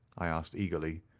i asked eagerly.